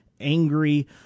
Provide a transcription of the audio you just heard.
angry